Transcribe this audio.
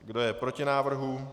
Kdo je proti návrhu?